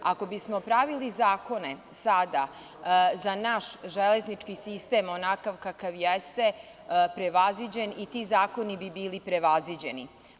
Ako bismo pravili zakone sada za naš železnički sistem onakav kakav jeste, prevaziđen, i ti zakoni bi bili prevaziđeni.